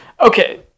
okay